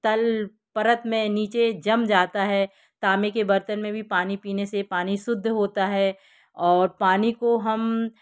तल परत में नीचे जम जाता है तांबे के बर्तन में भी पानी पीने से पानी शुद्ध होता है और पानी को हम